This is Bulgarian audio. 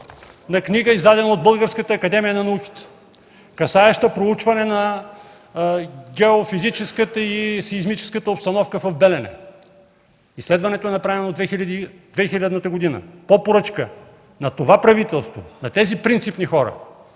от книга, издадена от Българската академия на науките, касаеща проучване на геофизическата и сеизмическата обстановка в Белене. Изследването е направено през 2000-та година по поръчка на това правителство, на тези принципни хора.